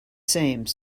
same